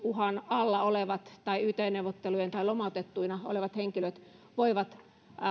uhan alla olevat tai lomautettuina olevat suomalaiset voivat